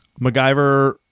MacGyver